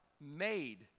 made